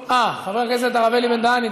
הצמדת תשלומים לחיילים בודדים למדד המחירים לצרכן,